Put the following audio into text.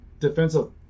defensive